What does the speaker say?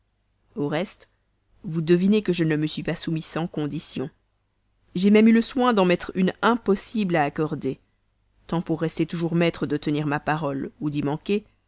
au reste vous devinez que je ne me suis pas soumis sans condition j'ai même eu le soin d'en mettre une impossible à accorder tant pour rester toujours maître de tenir ma parole ou d'y manquer